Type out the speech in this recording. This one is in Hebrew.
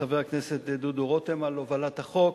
לחבר הכנסת דודו רותם, על הובלת החוק